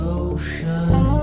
ocean